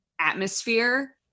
atmosphere